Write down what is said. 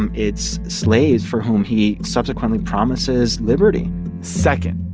um it's slaves for whom he subsequently promises liberty second,